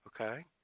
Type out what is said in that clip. Okay